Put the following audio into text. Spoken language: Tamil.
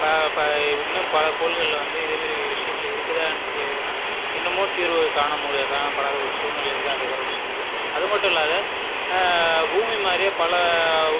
இன்னும் பல கோள்களில் வந்து இதே மாரி விஷயங்கள் இருக்குதான்னு தெரியணும் இன்னுமும் தீர்வு காண முடியாத காணப்படாத ஒரு சூழ்நிலையில் தான் இருக்கிறோம் நம்ம வந்து அதுமட்டுமில்லாம பூமி மாதிரியே பல